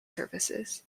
services